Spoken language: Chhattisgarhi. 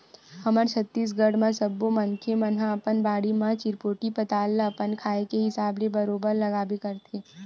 हमर छत्तीसगढ़ म सब्बो मनखे मन ह अपन बाड़ी म चिरपोटी पताल ल अपन खाए के हिसाब ले बरोबर लगाबे करथे